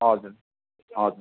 हजुर हजुर